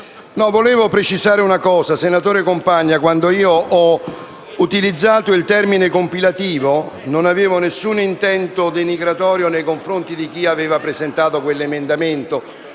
Volevo precisare una cosa. Senatore Compagna, quando ho utilizzato l'aggettivo «compilativo», non avevo alcun intento denigratorio nei confronti di chi aveva presentato quell'emendamento.